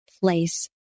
place